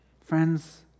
Friends